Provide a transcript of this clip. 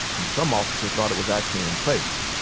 and some officers thought it was actually in place.